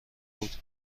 بود